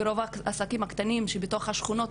ורוב העסקים הקטנים שבתוך שכונות,